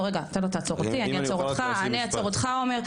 הייתה לנו רגע אתה לא תעצור אותי אני אעצור אותך עומר,